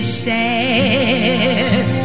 sad